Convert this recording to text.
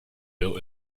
built